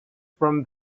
from